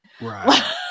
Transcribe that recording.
Right